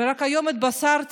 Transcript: ורק היום התבשרתי,